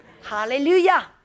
Hallelujah